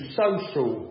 social